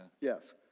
Yes